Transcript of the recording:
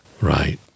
Right